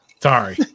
Sorry